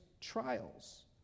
trials